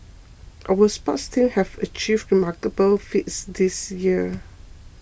our sports teams have achieved remarkable feats this year